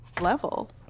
Level